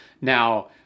Now